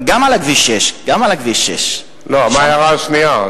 גם על כביש 6. מה ההערה השנייה?